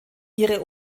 ihre